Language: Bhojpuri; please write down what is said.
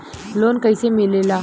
लोन कईसे मिलेला?